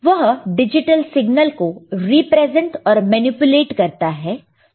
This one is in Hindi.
वह डिजिटल सिग्नल को रिप्रेजेंट और मैनिपुलेट करते हैं